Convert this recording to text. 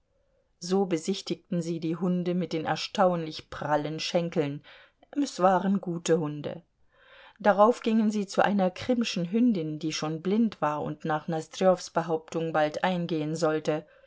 so besichtigten sie die hunde mit den erstaunlich prallen schenkeln es waren gute hunde darauf gingen sie zu einer krimschen hündin die schon blind war und nach nosdrjows behauptung bald eingehen sollte